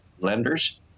lenders